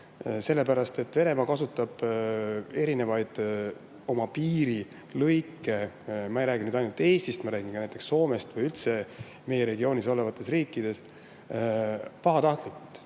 sellepärast et Venemaa kasutab oma piirilõike – ma ei räägi ainult Eestist, vaid ka näiteks Soomest või üldse meie regioonis olevatest riikidest – pahatahtlikult,